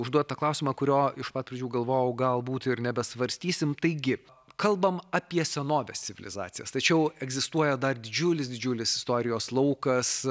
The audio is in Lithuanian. užduot tą klausimą kurio iš pat pradžių galvojau galbūt ir nebesvarstysim taigi kalbam apie senovės civilizacijas tačiau egzistuoja dar didžiulis didžiulis istorijos laukas